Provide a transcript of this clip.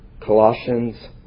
Colossians